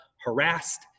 harassed